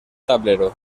tablero